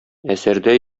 әсәрдә